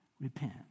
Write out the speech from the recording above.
Repent